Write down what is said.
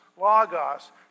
Logos